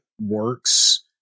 works